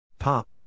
Pop